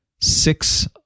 six